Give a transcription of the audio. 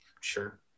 Sure